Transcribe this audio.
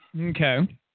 Okay